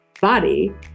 body